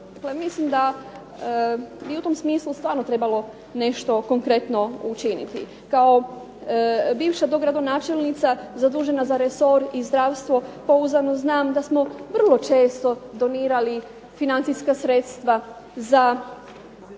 mislim da bi u tom smislu stvarno trebalo nešto konkretno učiniti. Kao bivša dogradonačelnica zadužena za resor i zdravstvo pouzdano znam da smo vrlo često donirali financijska sredstva za